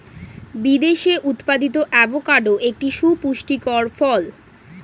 বিদেশে উৎপাদিত অ্যাভোকাডো একটি সুপুষ্টিকর ফল